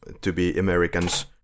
to-be-Americans